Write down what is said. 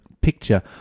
picture